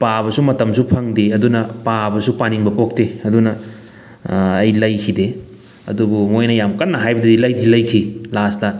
ꯄꯥꯕꯁꯨ ꯃꯇꯝꯁꯨ ꯐꯪꯗꯦ ꯑꯗꯨꯅ ꯄꯥꯕꯁꯨ ꯄꯥꯅꯤꯡꯕ ꯄꯣꯛꯇꯦ ꯑꯗꯨꯅ ꯑꯩ ꯂꯩꯈꯤꯗꯦ ꯑꯗꯨꯕꯨ ꯃꯣꯏꯅ ꯌꯥꯝ ꯀꯟꯅ ꯍꯥꯏꯕꯗꯒꯤ ꯂꯩꯗꯤ ꯂꯩꯈꯤ ꯂꯥꯁꯇ